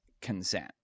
consent